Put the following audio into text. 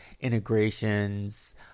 integrations